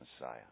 Messiah